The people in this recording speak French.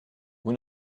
vous